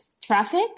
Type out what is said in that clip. Traffic